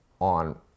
on